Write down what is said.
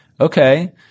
okay